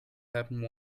happen